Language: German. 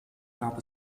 gab